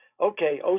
okay